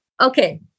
Okay